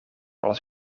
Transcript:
als